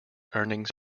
earnings